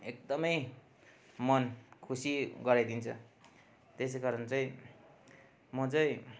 एकदमै मन खुसी गराइदिन्छ त्यस कारण चाहिँ म चाहिँ